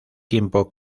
tiempo